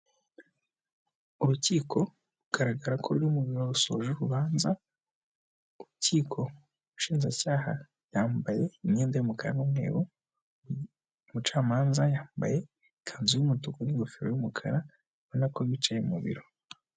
Urukiko rugaragara ko ruri mu biro rusoje urubanza, urukiko umushinjacyaha yambaye imyenda y'umukara n'umweru, umucamanza yambaye ikanzu y'umutuku n'ingofero y'umukara urabona ko bicaye mu biro.